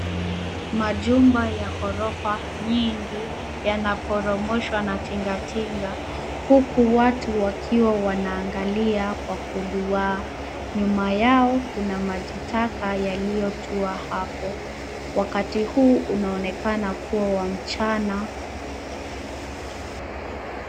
Majumba ya ghorofa nyingi yanaporomoshwa na tingatinga huku watu wakiwa wanaangalia kwa kuduwaa. Nyuma yao kuna maji taka yaliyotua hapo. Wakati huu unaonekana kuwa wa mchana.